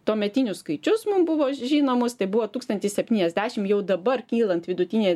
tuometinius skaičius mum buvo žinomus tai buvo tūkstantis septyniasdešim jau dabar kylant vidutinei